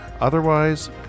Otherwise